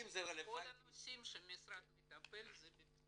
כל הנושאים שהמשרד מטפל, זה בפנים.